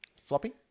Floppy